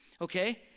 okay